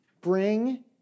Bring